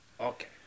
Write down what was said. Okay